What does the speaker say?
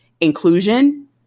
inclusion